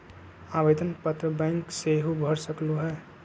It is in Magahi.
आवेदन पत्र बैंक सेहु भर सकलु ह?